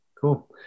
cool